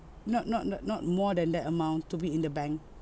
not not not not more than that amount to be in the bank